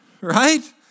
right